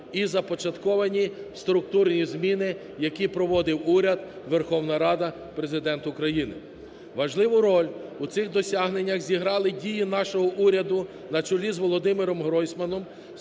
і започатковані структурні зміни, які проводив уряд, Верховна Рада, Президент України. Важливу роль у цих досягненнях зіграли дії нашого уряду на чолі з Володимиром Гройсманом,